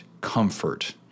comfort